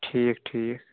ٹھیٖک ٹھیٖک